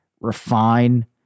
refine